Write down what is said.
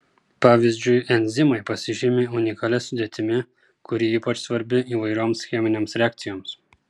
pavyzdžiui enzimai pasižymi unikalia sudėtimi kuri ypač svarbi įvairioms cheminėms reakcijoms